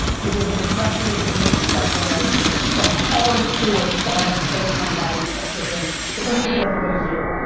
because of the pressures of being successful in our space. the hardcore startup silicon valley pressure thing that doesn't hit everybody here.